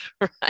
right